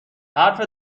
حرف